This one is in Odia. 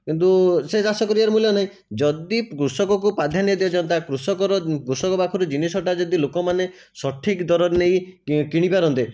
କିନ୍ତୁ ସେ ଚାଷ କରିବାର ମୂଲ୍ୟ ନାହିଁ ଯଦି କୃଷକକୁ ପ୍ରାଧାନ୍ୟ ଦିଆଯାଆନ୍ତା କୃଷକର କୃଷକ ପାଖରୁ ଜିନିଷଟା ଯଦି ଲୋକମାନେ ସଠିକ୍ ଦରରେ ନେଇ କି କିଣି ପାରନ୍ତେ